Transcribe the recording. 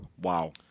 Wow